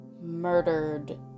murdered